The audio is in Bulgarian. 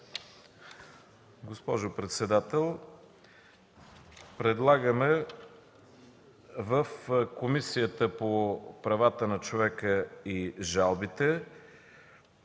Госпожо председател, в Комисията по правата на човека и жалбите